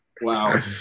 Wow